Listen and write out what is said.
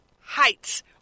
heights